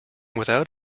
without